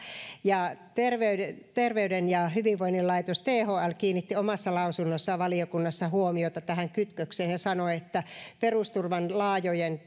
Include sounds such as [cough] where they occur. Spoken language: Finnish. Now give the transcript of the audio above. terveyden terveyden ja hyvinvoinnin laitos thl kiinnitti omassa lausunnossaan valiokunnassa huomiota tähän kytkökseen ja sanoi että perusturvan laajojen [unintelligible]